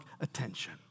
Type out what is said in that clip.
attention